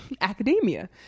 academia